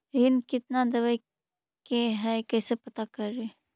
ऋण कितना देवे के है कैसे पता करी?